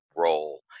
role